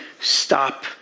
stop